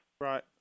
right